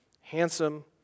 handsome